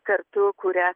kartu kuria